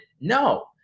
No